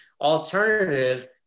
alternative